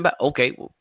Okay